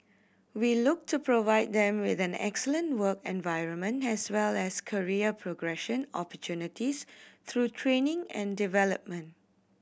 we look to provide them with an excellent work environment as well as career progression opportunities through training and development